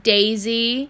Daisy